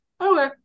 Okay